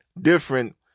different